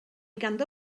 ganddo